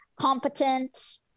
competent